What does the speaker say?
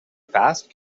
fast